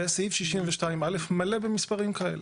וסעיף 62(א) מלא במספרים כאלה.